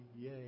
yay